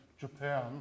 Japan